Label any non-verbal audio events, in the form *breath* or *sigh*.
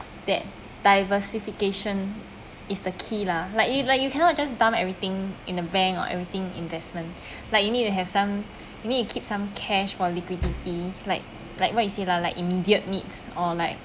that diversification is the key lah like you like you cannot just dump everything in a bank or everything investment *breath* like you need to have some you need to keep some cash for liquidity *noise* like like what you say lah like immediate needs or like